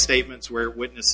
statements where witness